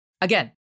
Again